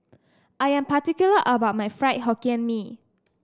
I am particular about my Fried Hokkien Mee